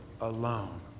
alone